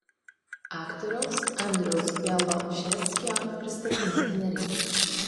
aktoriaus andriaus bialobžeskio pristatinėti nereikia